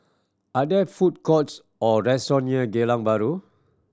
are there food courts or restaurant near Geylang Bahru